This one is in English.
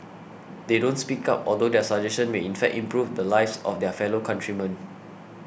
they don't speak up although their suggestion may in fact improve the lives of their fellow countrymen